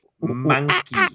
Monkey